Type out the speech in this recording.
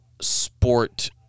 sport